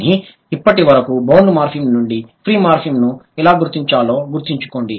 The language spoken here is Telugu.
కానీ ఇప్పటి వరకు బౌండ్ మార్ఫిమ్ నుండి ఫ్రీ మార్ఫిమ్ను ఎలా గుర్తించాలో గుర్తుంచుకోండి